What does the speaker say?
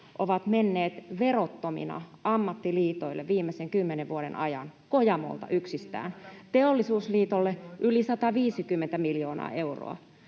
ovat menneet verottomina ammattiliitoille viimeisen kymmenen vuoden ajan, Kojamolta yksistään, Teollisuusliitolle yli 150 miljoonaa euroa.